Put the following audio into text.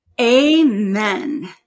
Amen